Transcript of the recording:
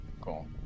Cool